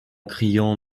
criant